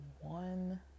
one